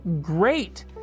great